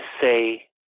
say